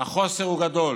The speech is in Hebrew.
החוסר הוא גדול,